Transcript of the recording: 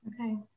Okay